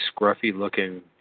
scruffy-looking